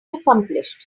accomplished